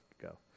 go